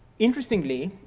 interestingly,